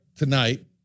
tonight